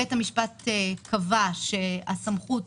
בית המשפט קבע שהסמכות